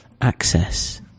Access